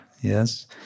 Yes